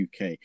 UK